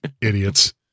Idiots